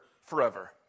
forever